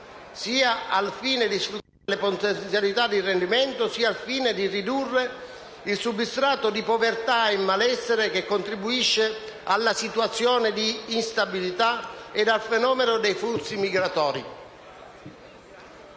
sia al fine di sfruttarne le potenzialità di rendimento, sia al fine di ridurre il substrato di povertà e malessere, che contribuisce alla situazione di instabilità e al fenomeno dei flussi migratori.